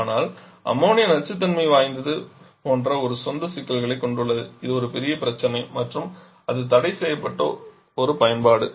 ஆனால் அம்மோனியா நச்சுத்தன்மை வாய்ந்தது போன்ற ஒரு சொந்த சிக்கல்களைக் கொண்டுள்ளது இது ஒரு பெரிய பிரச்சினை மற்றும் அது தடைசெய்யப்பட்ட ஒரு பயன்பாடு